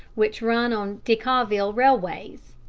which run on decauville railways.